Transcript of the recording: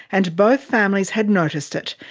and both families had noticed it.